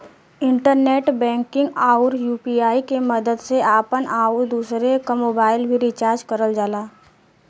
internet banking आउर UPI के मदद से आपन आउर दूसरे क मोबाइल भी रिचार्ज करल जाला